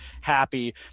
happy